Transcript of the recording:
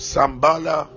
Sambala